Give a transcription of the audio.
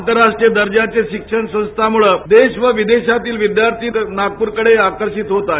आंतराश्ट्रीय दर्जाचं शिक्षण संस्थांमुळं देश व विदेशातील विद्यार्थी नागपूरकडे आकर्शित होत आहेत